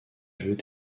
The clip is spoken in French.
veut